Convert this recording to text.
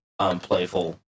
playful